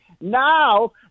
Now